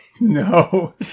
No